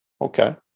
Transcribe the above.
Okay